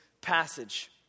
passage